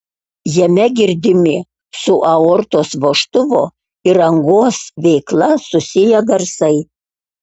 jame girdimi su aortos vožtuvo ir angos veikla susiję garsai